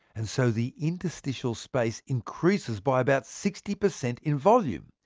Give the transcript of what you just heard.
and so the interstitial space increases by about sixty per cent in volume.